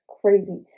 crazy